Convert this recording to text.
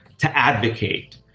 to advocate,